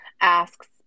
asks